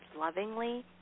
lovingly